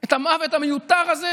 את המוות המיותר הזה,